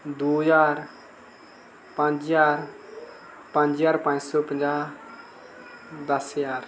दो ज्हार पंज ज्हार पंज सौ पंजाह् दस ज्हार